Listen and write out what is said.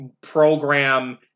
program